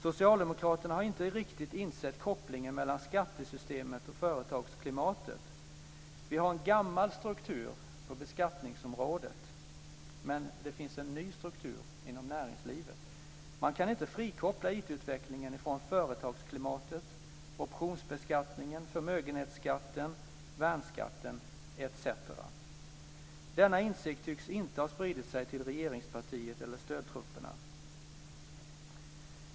Socialdemokraterna har inte riktigt insett kopplingen mellan skattesystemet och företagsklimatet. Vi har en gammal struktur på beskattningsområdet, men det finns en ny struktur inom näringslivet. Man kan inte frikoppla IT utvecklingen från företagsklimatet, optionsbeskattningen, förmögenhetsskatten, värnskatten etc. Denna insikt tycks inte ha spridit sig till regeringspartiet eller stödtrupperna.